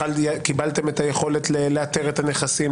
קיבלתם את היכולת לאתר את הנכסים,